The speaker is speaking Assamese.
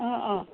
অ অ